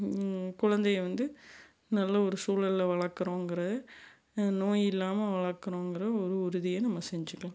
குழந்தையை வந்து நல்ல ஒரு சூழலில் வளர்க்குறோங்குற நோய் இல்லாமல் வளர்க்குறோங்குற ஒரு உறுதியும் நம்ம செஞ்சுக்குலாம்